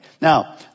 Now